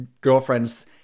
girlfriends